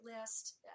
list